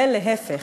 ולהפך,